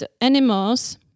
animals